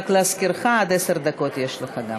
אדוני, רק להזכירך, עד עשר דקות יש לך.